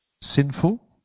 sinful